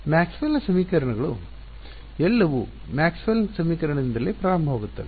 ಮ್ಯಾಕ್ಸ್ವೆಲ್ನ ಸಮೀಕರಣಗಳು Maxwell's equation ಎಲ್ಲವೂ ಮ್ಯಾಕ್ಸ್ವೆಲ್ನ ಸಮೀಕರಣದಿಂದಲೇ ಪ್ರಾರಂಭವಾಗುತ್ತವೆ